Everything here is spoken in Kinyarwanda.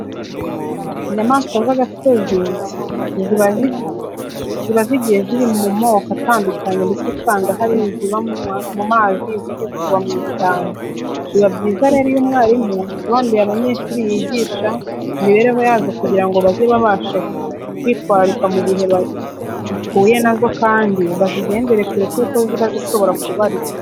Inyamaswa z'igasozi ziba zigiye ziri mu moko atandukanye ndetse usanga hari iziba mu mazi izindi zikaba mu ishyamba. Biba byiza rero iyo umwarimu asobanuriye abanyeshuri yigisha imibereho yazo kugira ngo bajye babasha kwitwararika mu gihe bahuye na zo kandi bazigendere kure kuko ziba zishobora kubarya.